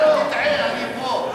אל תטעה, אני פה.